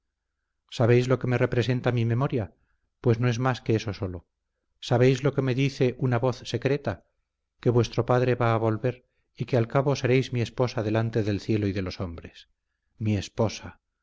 sabéis lo que me representa mi memoria pues no es más que eso sólo sabéis lo que me dice una voz secreta que vuestro padre va a volver y que al cabo seréis mi esposa delante del cielo y de los hombres mi esposa